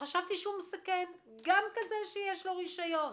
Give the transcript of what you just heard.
שחשבתי שמסכן, גם כזה עם רשיון.